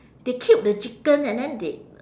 they killed the chicken and then they